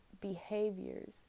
behaviors